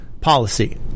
policy